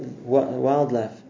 wildlife